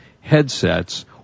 headsets